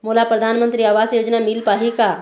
मोला परधानमंतरी आवास योजना मिल पाही का?